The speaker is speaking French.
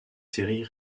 séries